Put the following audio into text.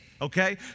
okay